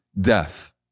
Death